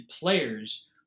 players